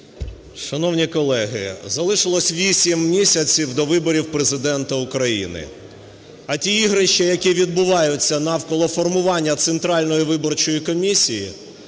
Шановні колеги! Залишилось 8 місяців до виборів Президента України. А ті ігрища, які відбуваються навколо формування Центральної виборчої комісії